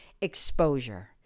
exposure